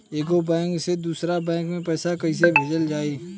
एगो बैक से दूसरा बैक मे पैसा कइसे भेजल जाई?